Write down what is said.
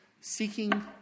seeking